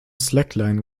slackline